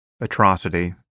atrocity